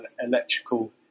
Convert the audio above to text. electrical